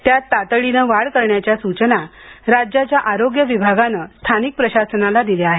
त्यात तातडीनं वाढ करण्याच्या सूचना राज्याच्या आरोग्य विभागानं स्थानिक प्रशासनाला दिल्या आहेत